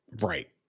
Right